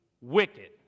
wicked